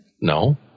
No